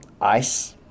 Ice